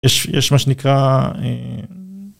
יש מה שנקרא, אההה